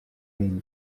ell